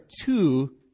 two